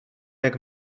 jak